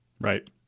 Right